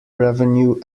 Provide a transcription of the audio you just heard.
revenue